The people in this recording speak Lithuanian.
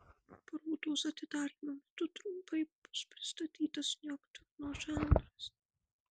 parodos atidarymo metu trumpai bus pristatytas noktiurno žanras